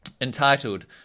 entitled